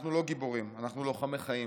אנחנו לא גיבורים, אנחנו לוחמי חיים.